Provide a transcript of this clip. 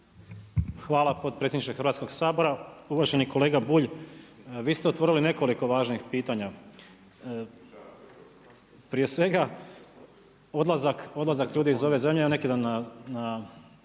Hvala potpredsjedniče Hrvatskoga sabora. Uvaženi kolega Bulj, vi ste otvorili nekoliko važnih pitanja. Prije svega odlazak ljudi iz ove zemlje, evo neki dan na